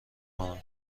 کنم